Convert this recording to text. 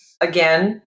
again